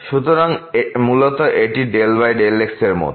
সুতরাং মূলত এটি∂x এর মত